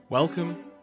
Welcome